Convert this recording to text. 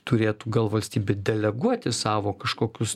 turėtų gal valstybė deleguoti savo kažkokius